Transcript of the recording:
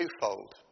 twofold